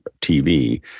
TV